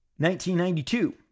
1992